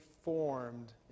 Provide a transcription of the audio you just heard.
formed